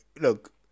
Look